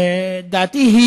דעתי,